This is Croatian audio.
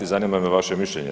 Zanima me vaše mišljenje.